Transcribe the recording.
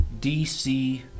DC